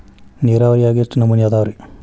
ನೇರಾವರಿಯಾಗ ಎಷ್ಟ ನಮೂನಿ ಅದಾವ್ರೇ?